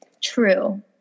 True